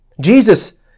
Jesus